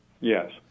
Yes